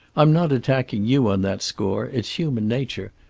i'm not attacking you on that score it's human nature.